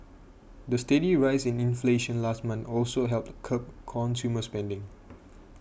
the steady rise in inflation last month also helped curb consumer spending